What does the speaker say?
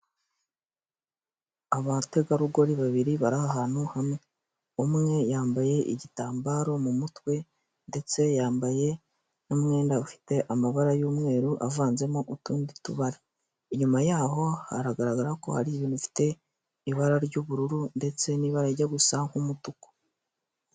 Abategarugori babiri bari ahantu hamwe umwe yambaye igitambaro mu mutwe ndetse yambaye n'umwenda ufite amabara y'umweru avanzemo utundi tubara, inyuma yaho hagaragara ko hari ibintu bifite ibara ry'ubururu ndetse n'ibara rijya gusa nk'umutuku.